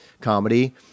comedy